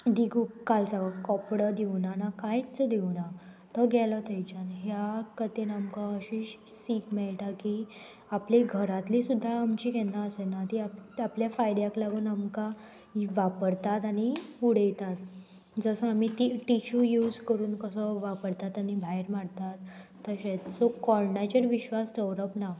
दिगू काल कोपडो दिवना ना कांयच दिवना तो गेलो थंयच्यान ह्या कथेन आमकां अशी सीख मेळटा की आपली घरांतली सुद्दां आमची केन्ना आसना ती आपल्या फायद्याक लागून आमकां वापरतात आनी उडयतात जसो आमी ती टिश्यू यूज करून कसो वापरतात आनी भायर मारतात तशेंच सो कोणाचेर विश्वास दवरप ना